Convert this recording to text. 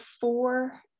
four